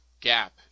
gap